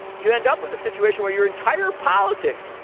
you end up with a situation where your entire politics,